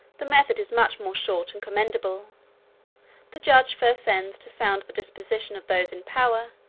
the method is much more short and commendable the judge first sends to sound the disposition of those in power,